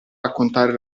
raccontare